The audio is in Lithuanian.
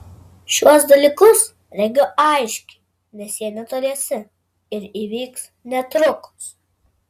šiuos dalykus regiu aiškiai nes jie netoliese ir įvyks netrukus